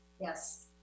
Yes